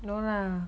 no lah